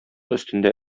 өстендә